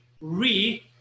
re